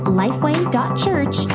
lifeway.church